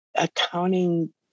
accounting